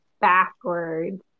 backwards